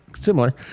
similar